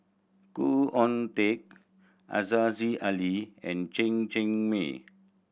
Khoo Oon Teik Aziza Ali and Chen Cheng Mei